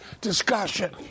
discussion